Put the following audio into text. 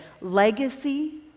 Legacy